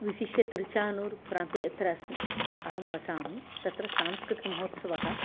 विशिष्य तिरुचानूर् प्रान्ते यत्र अस्मि अहं वसामि तत्र सांस्कृतिकमहोत्सवः